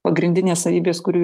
pagrindinės savybės kurių